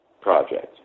project